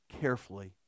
carefully